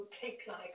cake-like